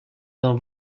d’un